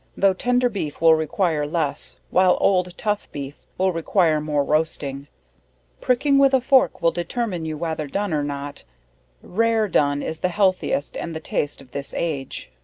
tho' tender beef will require less, while old tough beef will require more roasting pricking with a fork will determine you whether done or not rare done is the healthiest and the taste of this age.